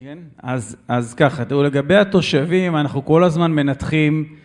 כן, אז אז ככה זהו לגבי התושבים אנחנו כל הזמן מנתחים